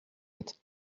êtes